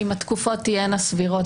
אם התקופות תהיינה סבירות,